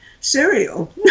cereal